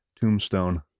tombstone